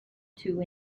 two